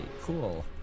cool